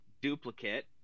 duplicate